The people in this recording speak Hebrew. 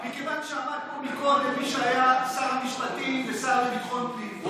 מכיוון שעמד פה קודם מי שהיה שר המשפטים והשר לביטחון פנים,